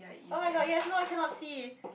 oh my god yes no I cannot see